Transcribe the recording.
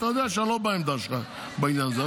אתה יודע שאני לא בעמדה שלך בעניין הזה.